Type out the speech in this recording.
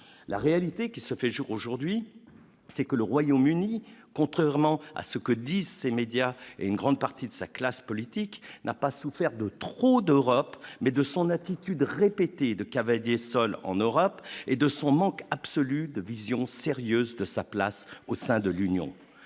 la réalité qui se fait jour aujourd'hui, c'est que le Royaume-Uni, contrairement à ce que disent ces médias et une grande partie de sa classe politique n'a pas souffert de trop d'Europe mais de son attitude de cavalier seul en Europe et de son manque absolu de vision sérieuse de sa place au sein de l'Union,